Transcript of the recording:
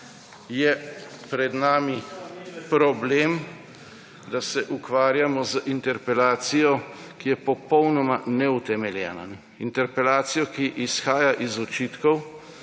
je pred nami problem, da se ukvarjamo z interpelacijo, ki je popolnoma neutemeljena. Interpelacijo, ki izhaja iz očitkov